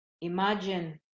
Imagine